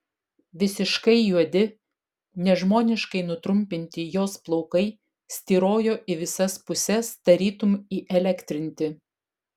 visiškai juodi nežmoniškai nutrumpinti jos plaukai styrojo į visas puses tarytum įelektrinti